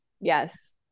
Yes